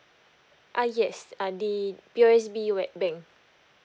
ah yes uh the P_O_S_B w~ bank